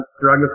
drug